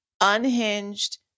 unhinged